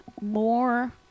more